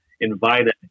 invited